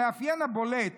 המאפיין הבולט